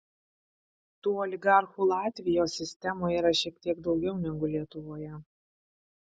tų oligarchų latvijos sistemoje yra šiek tiek daugiau negu lietuvoje